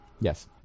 Yes